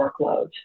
workloads